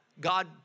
God